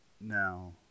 now